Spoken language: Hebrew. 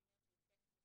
זה עניין של טכניקה,